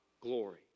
glory